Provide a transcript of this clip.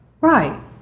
Right